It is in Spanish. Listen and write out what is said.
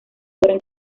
logran